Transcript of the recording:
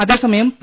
അതേസമയം പി